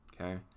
Okay